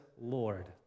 Lord